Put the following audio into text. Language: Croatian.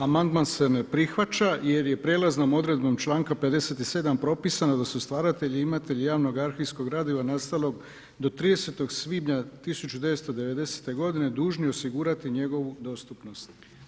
Amandman se ne prihvaća jer je prijelaznom odredbom članka 57. propisano da su stvaratelji imatelji javnog arhivskog gradiva nastalog do 30. svibnja 1990. godine dužni osigurati njegovu dostupnost.